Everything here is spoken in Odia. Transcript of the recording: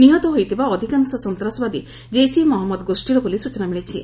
ନିହତ ହୋଇଥିବା ଅଧିକାଂଶ ସନ୍ତାସବାଦୀ ଜେସ୍ ଇ ମହମ୍ମଦ ଗୋଷୀର ବୋଲି ସ୍ୱଚନା ମିଳିଛି